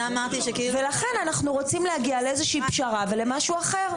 לכן אנחנו רוצים להגיע לאיזושהי פשרה ולמשהו אחר.